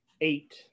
Eight